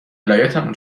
ولایتمون